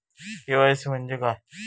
KYC म्हणजे काय?